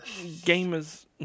Gamers